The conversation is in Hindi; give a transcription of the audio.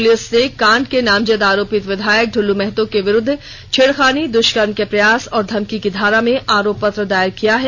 पुलिस ने कांड के नामजद आरोपित विधायक दुल्लू महतो के विरुद्ध छेड़खानी दुष्कर्म के प्रयास और धमकी की धारा में आरोप पत्र दायर किया है